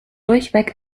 durchweg